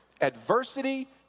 Adversity